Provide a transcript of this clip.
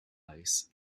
eyes